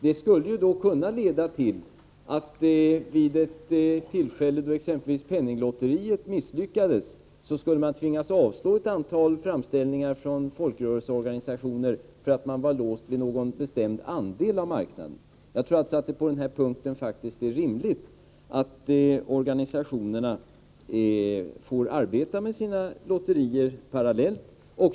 Det skulle kunna leda till att man vid ett tillfälle då t.ex. penninglotteriet misslyckas skulle tvingas avslå ett antal framställningar från folkrörelser med hänsyn till någon bestämd andel av marknaden. Jag tror att det är rimligt att organisationerna får arbeta med sina lotterier parallellt.